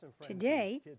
Today